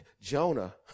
Jonah